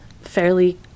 fairly